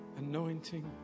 Anointing